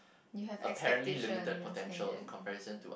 you have expectations and then